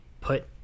put